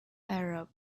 arab